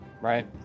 Right